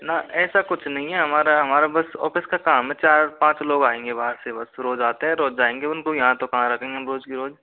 ना ऐसा कुछ नहीं है हमारे यहाँ हमारा बस ऑफिस का काम है चार पाँच लोग आएंगे बाहर से बस रोज आते हैं रोज जाएंगे उनको यहाँ तो कहाँ रखेंगे हम रोज के रोज